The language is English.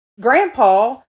grandpa